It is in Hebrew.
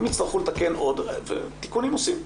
אם יצטרכו לתקן עוד תיקונים עושים.